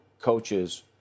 coaches